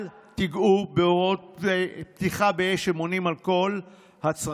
תיגעו בהוראות פתיחת באש שעונות על כל הצרכים.